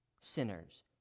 sinners